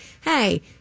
hey